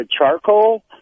charcoal